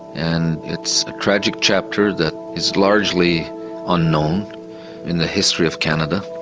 and it's a tragic chapter that is largely unknown in the history of canada,